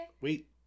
Wait